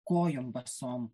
kojom basom